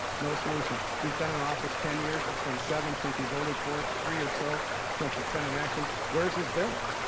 no solutions. he's been in office ten years. it's been seven since he voted for it. three or so since it's been in action. where's his bill?